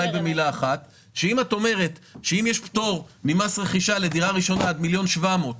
אם את אומרת שיש פטור ממס רכישה לדירה ראשונה עד 1.7 מיליון,